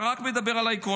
אתה רק מדבר על העקרונות.